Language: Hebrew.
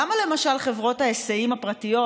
למה למשל חברות ההיסעים הפרטיות